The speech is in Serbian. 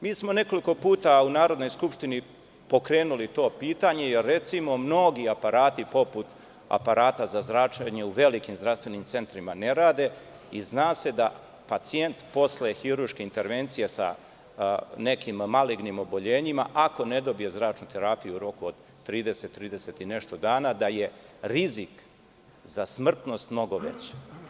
Mi smo nekoliko puta u Narodnoj skupštini pokrenuli to pitanje i mnogi aparati, poput aparata za zračenje, u velikim zdravstvenim centrima ne rade i zna se da pacijent posle hirurške intervencije sa nekim malignim oboljenjima ako ne dobije zračnu terapiju u roku od 30, 30 i nešto dana, da je rizik za smrtnost mnogo veća.